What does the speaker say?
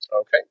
Okay